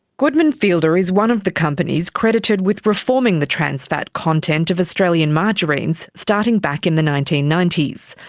goodman fielder is one of the companies credited with reforming reforming the trans fat content of australian margarines starting back in the nineteen ninety s.